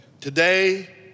Today